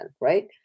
right